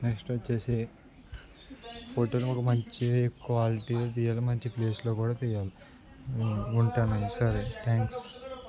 next వచ్చి ఫోటోలు ఒక మంచి క్వాలిటీ తీయాలి మంచి ప్లేస్లో కూడా తీయాలి ఉంటాను అండి సరే థ్యాంక్స్